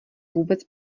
vůbec